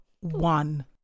one